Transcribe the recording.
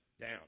down